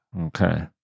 okay